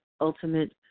Ultimate